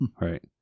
Right